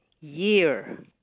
year